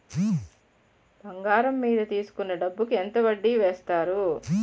బంగారం మీద తీసుకున్న డబ్బు కి ఎంత వడ్డీ వేస్తారు?